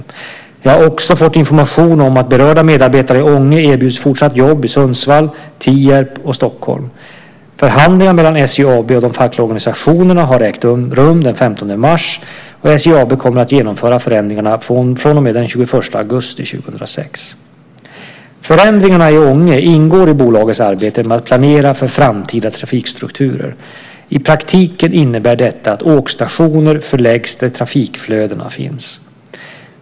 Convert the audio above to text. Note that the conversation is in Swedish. Jag har också fått information om att berörda medarbetare i Ånge erbjuds fortsatt jobb i Sundsvall, Tierp och Stockholm. Förhandlingar mellan SJ AB och de fackliga organisationerna har ägt rum den 15 mars och SJ AB kommer att genomföra förändringarna från och med den 21 augusti 2006. Förändringarna i Ånge ingår i bolagets arbete med att planera för framtida trafikstrukturer. I praktiken innebär detta att åkstationerna förläggs där trafikflödena finns.